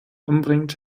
umbringt